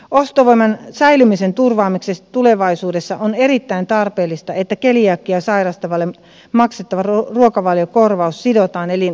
ostovoiman säilymisen turvaamiseksi tulevaisuudessa on erittäin tarpeellista että keliakiaa sairastavalle maksettava ruokavaliokorvaus sidotaan elinkustannusindeksiin